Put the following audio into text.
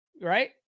right